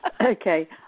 Okay